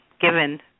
given